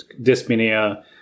dyspnea